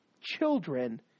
children